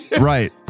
right